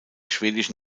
schwedische